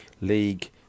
league